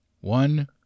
One